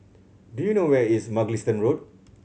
do you know where is Mugliston Road